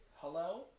Hello